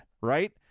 Right